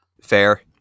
Fair